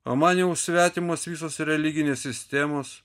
o man jau svetimos visos religinės sistemos